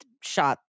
shot